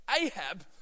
Ahab